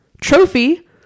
trophy